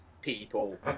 people